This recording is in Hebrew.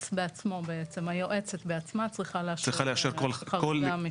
היועצת בעצמה צריכה לאשר כל חריגה.